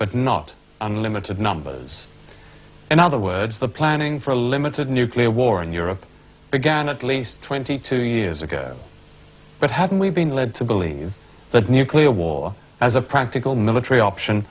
but not unlimited numbers in other words the planning for a limited nuclear war in europe began at least twenty two years ago but haven't we been led to believe that nuclear war as a practical military option